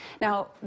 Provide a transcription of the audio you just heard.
Now